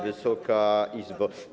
Wysoka Izbo!